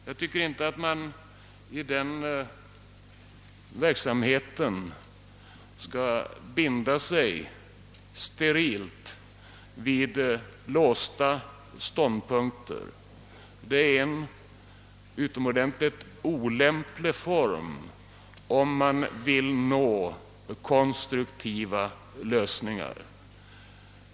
Jag tycker inte att man i denna verksamhet skall binda sig sterilt vid låsta ståndpunkter. Detta är utomordentligt olämpligt om man önskar konstruktiva lösningar.